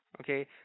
okay